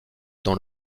dans